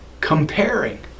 comparing